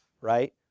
right